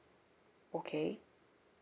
okay